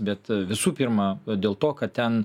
bet visų pirma dėl to kad ten